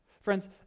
Friends